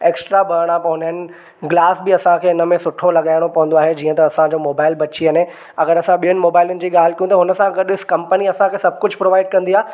extra भरिणा पवंदा आहिनि ग्लास बि असांखे हिन में सुठो लगाइणो पवंदो आहे जीअं त असांजो मोबाइल बची वञे अगरि असां ॿियनि मोबाइलनि जी ॻाल्हि कयऊं त कम्पनी असांखे सभु कुझु प्रोवाइड कंदी आहे